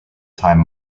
time